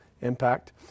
Impact